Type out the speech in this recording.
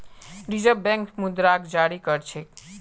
reserve bank मुद्राक जारी कर छेक